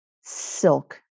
silk